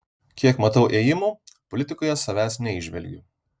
kiek matau ėjimų politikoje savęs neįžvelgiu